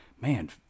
man